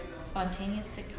spontaneous